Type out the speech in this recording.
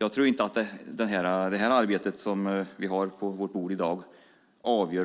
Jag tror inte att det arbete som vi har på vårt bord i dag avgör